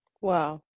Wow